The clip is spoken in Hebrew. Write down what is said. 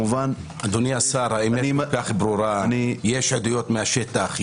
אדוני השר, יש עדויות מהשטח.